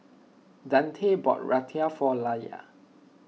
Deante bought Raita for Lella